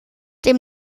dem